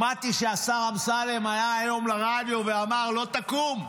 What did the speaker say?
שמעתי שהשר אמסלם עלה היום לרדיו ואמר: לא תקום.